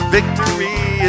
Victory